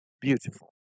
beautiful